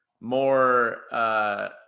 more –